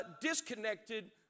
disconnected